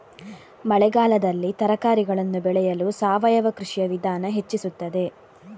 ಮಳೆಗಾಲದಲ್ಲಿ ತರಕಾರಿಗಳನ್ನು ಬೆಳೆಯಲು ಸಾವಯವ ಕೃಷಿಯ ವಿಧಾನ ಹೆಚ್ಚಿಸುತ್ತದೆ?